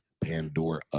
Pandora